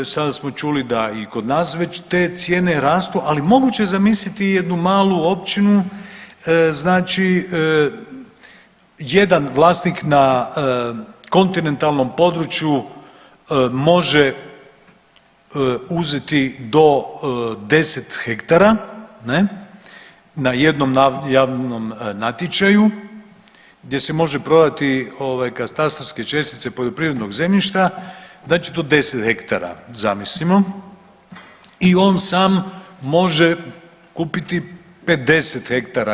Sad smo čuli da i kod nas već te cijene rastu, ali moguće je zamisliti i jednu malu općinu, znači jedan vlasnik na kontinentalnom području može uzeti do 10 hektara na jednom javnom natječaju gdje se može prodati katastarske čestice poljoprivrednog zemljišta znači do 10 ha zamislimo i on sam može kupiti 50 ha.